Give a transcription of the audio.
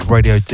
Radio